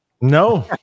no